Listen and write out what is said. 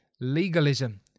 legalism